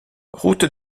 route